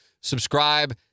Subscribe